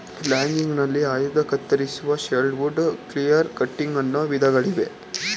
ಲಾಗಿಂಗ್ಗ್ನಲ್ಲಿ ಆಯ್ದು ಕತ್ತರಿಸುವುದು, shelterwood, clear cutting ಅನ್ನೋ ವಿಧಗಳಿವೆ